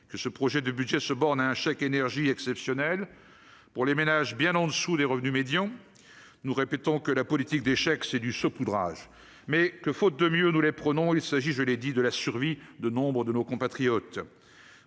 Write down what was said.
de l'année et qu'il se borne à un chèque énergie exceptionnel pour les ménages bien au-dessous des revenus médians. Nous répétons que la politique des chèques relève du saupoudrage, mais que, faute de mieux, nous les prenons. Il s'agit, je l'ai dit, de la survie de nombre de nos compatriotes.